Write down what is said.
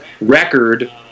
record